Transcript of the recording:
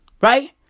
Right